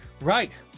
right